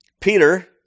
Peter